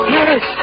yes